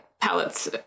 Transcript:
palettes